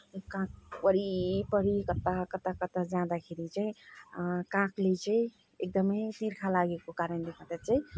काग वरिपरि कता कता कता जाँदाखेरि चाहिँ कागले चाहिँ एकदमै तिर्खा लागेको कारणले गर्दा चाहिँ